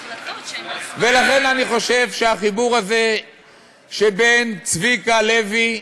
ולכן, אני חושב שהחיבור הזה שבין צביקה לוי,